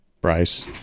Bryce